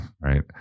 right